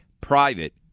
private